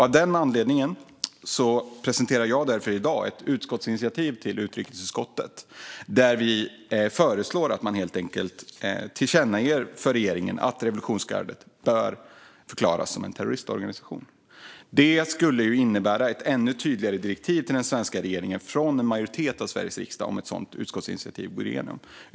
Av denna anledning presenterar jag i dag ett utskottsinitiativ till utrikesutskottet där vi föreslår att man helt enkelt tillkännager för regeringen att revolutionsgardet bör förklaras som en terroristorganisation. Det skulle innebära ett ännu tydligare direktiv till den svenska regeringen från en majoritet i Sveriges riksdag om ett sådant utskottsinitiativ går igenom.